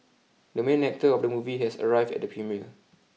the main actor of the movie has arrived at the premiere